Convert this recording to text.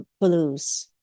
blues